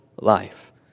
life